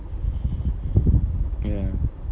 ya